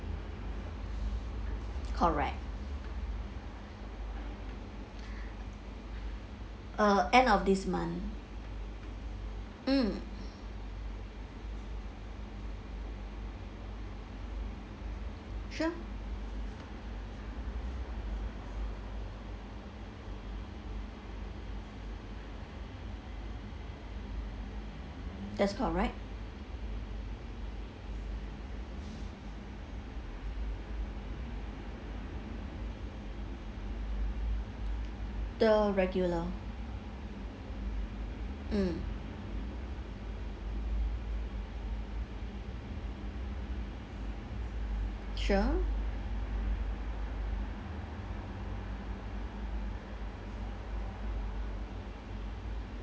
correct uh end of this month mm sure that's correct the regular mm sure